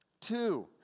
Two